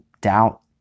doubt